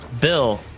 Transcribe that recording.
Bill